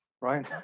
right